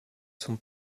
son